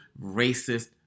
racist